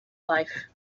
life